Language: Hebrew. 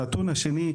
הנתון השני,